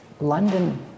London